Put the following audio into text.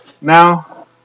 Now